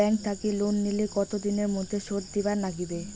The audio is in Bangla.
ব্যাংক থাকি লোন নিলে কতো দিনের মধ্যে শোধ দিবার নাগিবে?